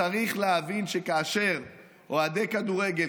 צריך להבין שכאשר אוהדי כדורגל,